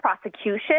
prosecution